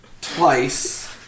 twice